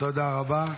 תודה רבה.